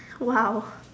!wow!